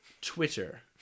Twitter